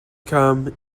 come